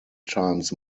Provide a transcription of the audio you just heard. times